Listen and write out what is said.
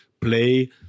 play